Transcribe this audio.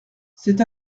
c’est